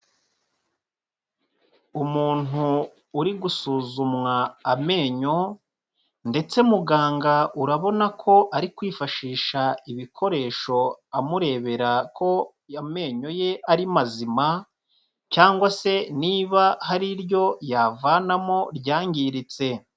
Umuntu uri gusuzumwa amenyo ndetse muganga urabona ko ari kwifashisha ibikoresho amurebera ko amenyo ye ari mazima cyangwa se niba hari iryo yavanamo ryangiritse.